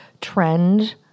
trend